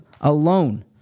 alone